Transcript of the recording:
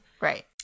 Right